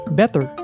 better